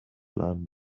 learn